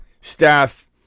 staff